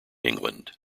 england